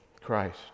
Christ